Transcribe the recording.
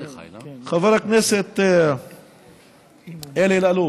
חבר הכנסת אלי אלאלוף,